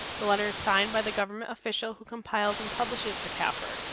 the letter is signed by the government official who compiles and publishes the cafr.